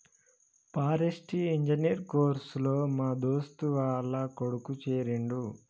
forestry engineer course లో మా దోస్తు వాళ్ల కొడుకు చేరిండు